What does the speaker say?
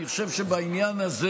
אני חושב שבעניין הזה